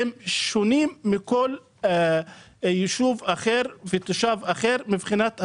הם שונים מכל יישוב אחר ומכל תושב אחר מבחינת השירות.